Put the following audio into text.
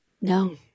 No